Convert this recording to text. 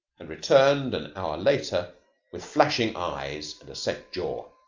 and returned an hour later with flashing eyes and a set jaw.